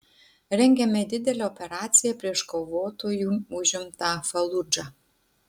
rengiame didelę operaciją prieš kovotojų užimtą faludžą